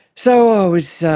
so i was